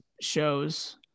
shows